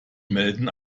melden